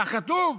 כך כתוב,